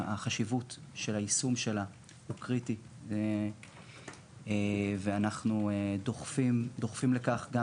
החשיבות של היישום שלה הוא קריטי ואנחנו דוחפים לכך גם